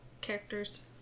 characters